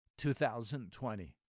2020